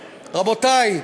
רבותי.